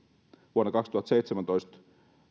vuonna kaksituhattaseitsemäntoista